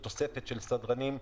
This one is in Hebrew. רק לסיטיפס יש סמכות עיכוב.